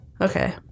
Okay